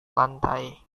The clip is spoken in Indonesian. lantai